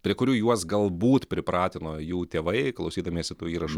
prie kurių juos galbūt pripratino jų tėvai klausydamiesi tų įrašų